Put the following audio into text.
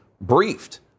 briefed